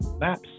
Maps